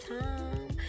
time